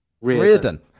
reardon